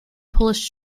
polish